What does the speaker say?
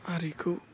हारिखौ